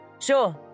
Sure